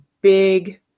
big